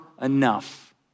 enough